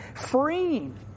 freeing